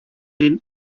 den